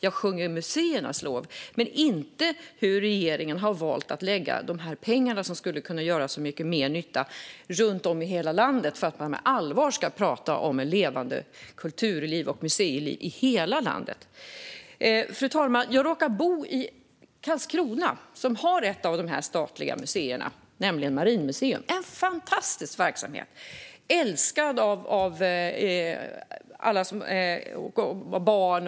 Jag sjunger museernas lov, men jag sjunger inget lov över hur regeringen har valt att lägga dessa pengar som skulle kunna göra så mycket mer nytta runt om i hela landet och göra så att man på allvar kunde prata om ett levande kultur och museiliv i hela landet. Fru talman! Jag råkar bo i Karlskrona, som har ett av dessa statliga museer, nämligen Marinmuseum - en fantastisk verksamhet, älskad av alla, inte minst barn.